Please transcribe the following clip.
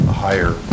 higher